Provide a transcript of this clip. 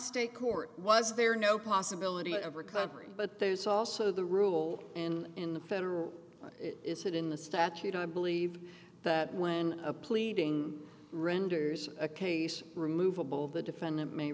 state court was there no possibility of recovery but there's also the rule and in the federal law is it in the statute i believe that when a pleading renders a case removable the defendant may